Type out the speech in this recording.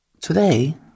Today